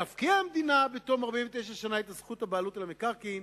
תפקיע המדינה בתום 49 שנה את זכויות הבעלות על המקרקעין